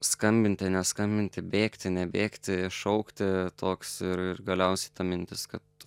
skambinti neskambinti bėgti nebėgti šaukti toks ir ir galiausiai ta mintis kad